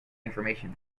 information